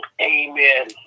Amen